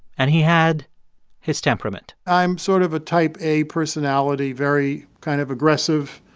and he had his temperament i'm sort of a type a personality, very kind of aggressive,